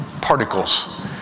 particles